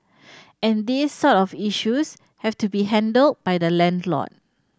and these sort of issues have to be handled by the landlord